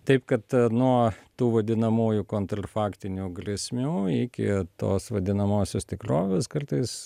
taip kad nuo tų vadinamųjų kontrfaktinių grėsmių iki tos vadinamosios tikrovės kartais